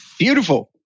Beautiful